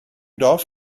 dorf